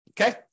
Okay